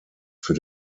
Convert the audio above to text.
für